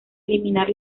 eliminar